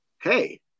hey